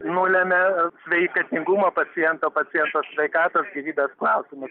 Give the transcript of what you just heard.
nulemia sveikatingumo paciento paciento sveikatos gyvybės klausimas